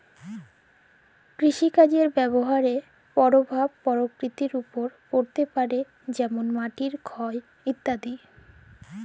কৃষিকাজের বাহয়ে পরভাব পরকৃতির ওপর পড়তে পারে যেমল মাটির ক্ষয় ইত্যাদি